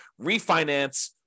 refinance